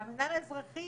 והמינהל האזרחי